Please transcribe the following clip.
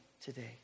today